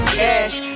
cash